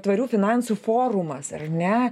tvarių finansų forumas ar ne